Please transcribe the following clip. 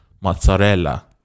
Mozzarella